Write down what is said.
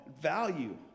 value